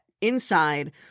inside